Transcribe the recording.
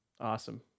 Awesome